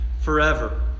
forever